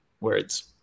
words